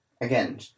again